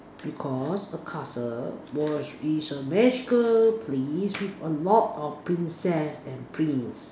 because a castle was is a magical place with a lot of princess and prince